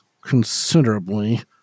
Considerably